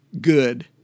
good